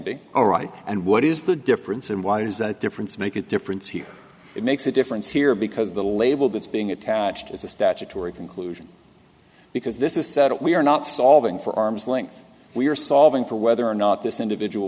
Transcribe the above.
be all right and what is the difference and why is that difference make a difference here it makes a difference here because the label that's being attached is a statutory conclusion because this is settled we are not solving for arm's length we are solving for whether or not this individual